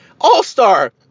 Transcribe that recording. all-star